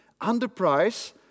underprice